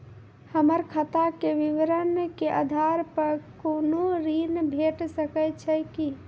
हमर खाता के विवरण के आधार प कुनू ऋण भेट सकै छै की?